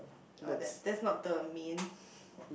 oh then that's not the main